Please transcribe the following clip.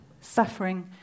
suffering